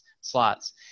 slots